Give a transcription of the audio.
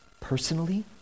personally